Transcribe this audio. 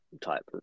type